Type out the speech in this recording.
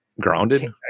grounded